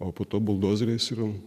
o po to buldozeriais ir